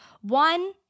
one